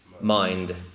mind